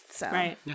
Right